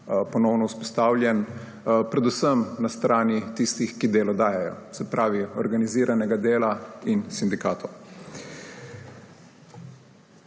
ponovno vzpostavljen, predvsem na strani tistih, ki delo dajejo, se pravi organiziranega dela in sindikatov.